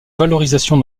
valorisation